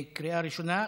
לקריאה ראשונה.